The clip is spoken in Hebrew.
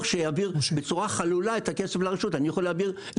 שיעביר בצורה חלולה את הכסף למשטרה,